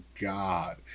god